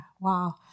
Wow